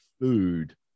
food